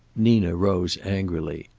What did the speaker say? nina rose angrily.